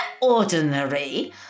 ordinary